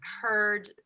heard